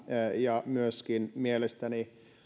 ja mielestäni myöskin